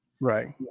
Right